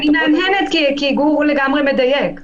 אני מהנהנת כי גור לגמרי מדייק.